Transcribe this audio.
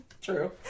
True